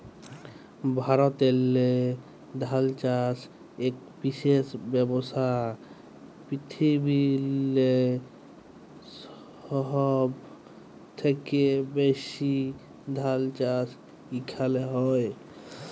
ভারতেল্লে ধাল চাষ ইক বিশেষ ব্যবসা, পিরথিবিরলে সহব থ্যাকে ব্যাশি ধাল চাষ ইখালে হয়